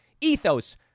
ethos